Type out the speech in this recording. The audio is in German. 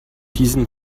diesen